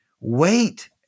Wait